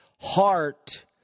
Heart